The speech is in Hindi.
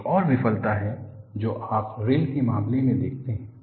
एक और विफलता है जो आप रेल के मामले में देखते हैं